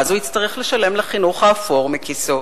ואז הוא יצטרך לשלם לחינוך האפור מכיסו,